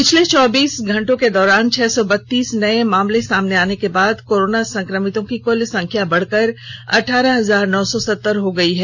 पिछले चौबीस घंटे के दौरान छह सौ बत्तीस नए मामले सामने आने के बाद कोरोना संक्रमितों की कुल संख्या बढ़कर अठारह हजार नौ सौ सत्तर हो गई है